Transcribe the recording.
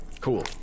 Cool